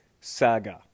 saga